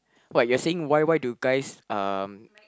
what you are saying why why do guys um